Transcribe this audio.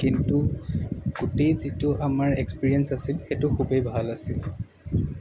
কিন্তু গোটেই যিটো আমাৰ এক্সপিৰিয়েনছ আছিল সেইটো খুবেই ভাল আছিল